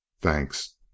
Thanks